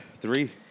Three